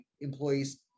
employees